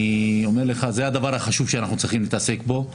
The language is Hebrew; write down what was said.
אני אומר לך זה הדבר החשוב שאנחנו צריכים להתעסק בו,